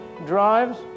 Drives